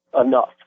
enough